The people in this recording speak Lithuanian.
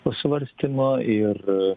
po svarstymo ir